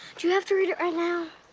do you have to read it right now?